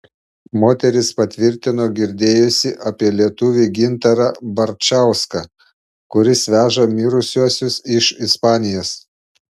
moteris patvirtino girdėjusi apie lietuvį gintarą barčauską kuris veža mirusiuosius iš ispanijos